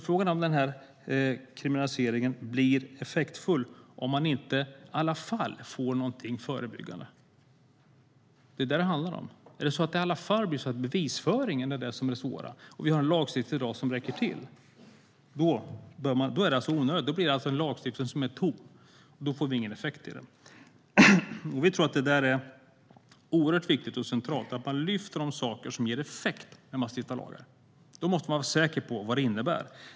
Frågan är om kriminaliseringen blir effektfull om man inte gör någonting förebyggande. Det är vad det handlar om. Bevisföringen är det som är det svåra. Räcker dagens lagstiftning till blir det här alltså en lagstiftning som är tom, och då blir det ingen effekt. Det är oerhört viktigt och centralt att man lyfter de saker som ger effekt när man stiftar lagar. Man måste vara säker på vad de innebär.